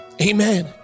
Amen